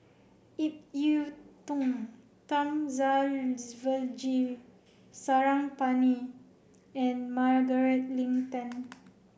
Ip Yiu Tung Thamizhavel G Sarangapani and Margaret Leng Tan